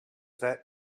that